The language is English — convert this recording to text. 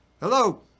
hello